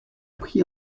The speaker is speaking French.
prie